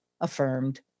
affirmed